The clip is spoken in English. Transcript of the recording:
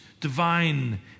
divine